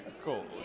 Cool